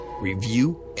review